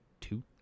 two